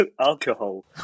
alcohol